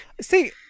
See